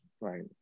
Right